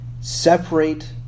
Separate